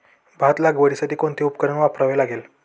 भात लावण्यासाठी कोणते उपकरण वापरावे लागेल?